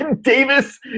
Davis